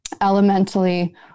elementally